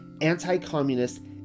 anti-communist